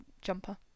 jumper